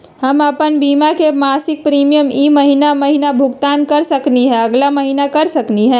हम अप्पन बीमा के मासिक प्रीमियम ई महीना महिना भुगतान कर सकली हे, अगला महीना कर सकली हई?